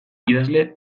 idazle